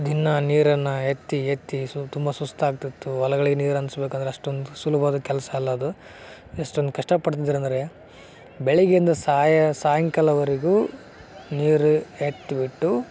ದಿನಾ ನೀರನ್ನು ಎತ್ತಿ ಎತ್ತಿ ಸು ತುಂಬ ಸುಸ್ತು ಆಗ್ತಿತ್ತು ಹೊಲಗಳಿಗ್ ನೀರು ಹನ್ಸ್ಬೇಕಂದ್ರೆ ಅಷ್ಟೊಂದು ಸುಲಭವಾದ ಕೆಲಸ ಅಲ್ಲ ಅದು ಎಷ್ಟೊಂದ್ ಕಷ್ಟಪಡ್ತಿದ್ದರು ಅಂದರೆ ಬೆಳಿಗ್ಗೆಯಿಂದ ಸಾಯ ಸಾಯಂಕಾಲವರೆಗೂ ನೀರು ಎತ್ತಿಬಿಟ್ಟು